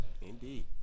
Indeed